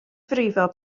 frifo